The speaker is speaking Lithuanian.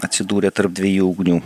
atsidūrė tarp dviejų ugnių